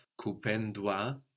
kupendwa